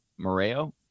Moreo